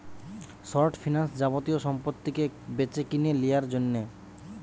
short finance যাবতীয় সম্পত্তিকে বেচেকিনে লিয়ার জন্যে